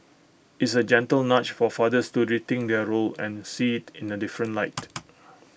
it's A gentle nudge for fathers to rethink their role and see IT in A different light